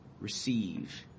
receive